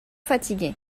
fatigué